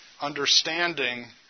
understanding